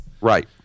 Right